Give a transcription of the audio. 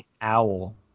Owl